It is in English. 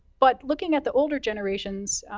but, looking at the older generations,